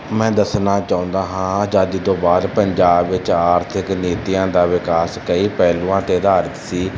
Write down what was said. ਮੈਂ ਦੱਸਣਾ ਚਾਹੁੰਦਾ ਹਾਂ ਆਜ਼ਾਦੀ ਤੋਂ ਬਾਅਦ ਪੰਜਾਬ ਵਿੱਚ ਆਰਥਿਕ ਨੀਤੀਆਂ ਦਾ ਵਿਕਾਸ ਕਈ ਪਹਿਲੂਆਂ 'ਤੇ ਅਧਾਰਿਤ ਸੀ